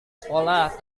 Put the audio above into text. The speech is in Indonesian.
sekolah